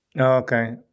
Okay